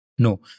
No